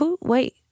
wait